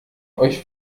euch